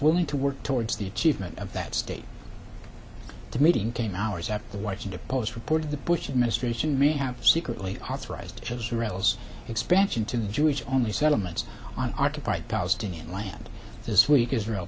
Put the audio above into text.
willing to work towards the achievement of that state to meeting came hours after the washington post reported the bush administration may have secretly authorized his rebels expansion to jewish only settlements on occupied palestinian land this week israel